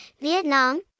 Vietnam